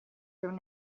from